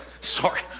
Sorry